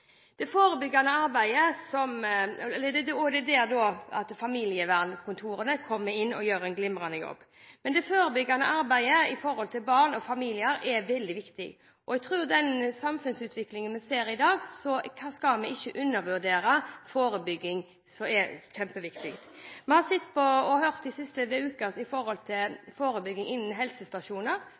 Det forebyggende arbeidet når det gjelder barn og familier, er veldig viktig, og med den samfunnsutviklingen vi ser i dag, tror jeg ikke vi skal undervurdere forebygging – det er kjempeviktig. De siste ukene har vi sett og hørt om forebygging gjennom helsestasjoner,